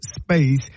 space